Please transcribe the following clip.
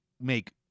make